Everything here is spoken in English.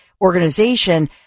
organization